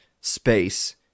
space